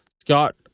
Scott